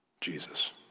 Jesus